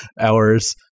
hours